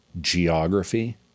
geography